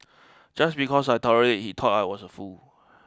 just because I tolerate he thought I was a fool